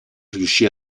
riuscì